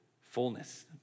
Fullness